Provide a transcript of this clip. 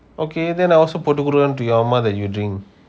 okay then I will also போட்டுகுடுக்குறான்:pottukudukuran to your mum that you drink